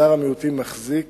שמגזר המיעוטים מחזיק